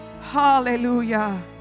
Hallelujah